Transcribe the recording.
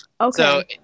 Okay